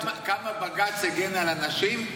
אתה יודע כמה בג"ץ הגן על הנשים?